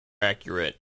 accurate